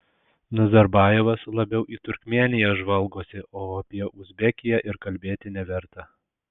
nazarbajevas labiau į turkmėniją žvalgosi o apie uzbekiją ir kalbėti neverta